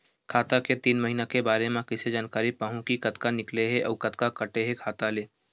खाता के तीन महिना के बारे मा कइसे जानकारी पाहूं कि कतका निकले हे अउ कतका काटे हे खाता ले?